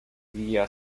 via